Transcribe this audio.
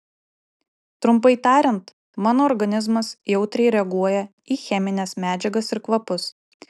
trumpai tariant mano organizmas jautriai reaguoja į chemines medžiagas ir kvapus